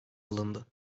alındı